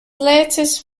latest